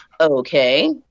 okay